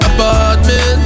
Apartment